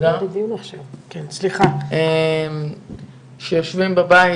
יושבים בבית